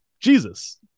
Jesus